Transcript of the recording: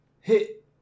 Hit